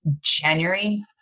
January